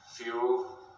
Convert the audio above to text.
fuel